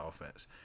offense